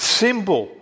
symbol